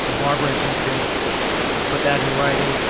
so barbara, if you could put that in writing,